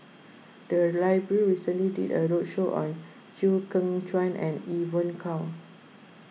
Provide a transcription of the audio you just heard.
the library recently did a roadshow on Chew Kheng Chuan and Evon Kow